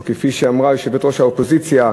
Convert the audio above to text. או כפי שאמרה יושבת-ראש האופוזיציה,